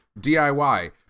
DIY